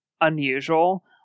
unusual